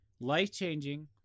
life-changing